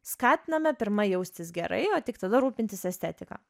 skatiname pirma jaustis gerai o tik tada rūpintis estetika